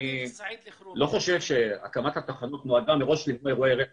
יש קשב אדיר ליחידות והיחידות עמוסות באירועים האלה.